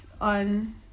on